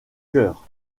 chœur